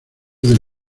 del